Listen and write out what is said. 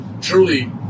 truly